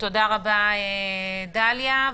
תודה רבה, דליה.